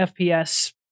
FPS